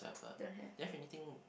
don't have